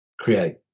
create